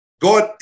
God